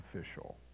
official